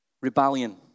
Rebellion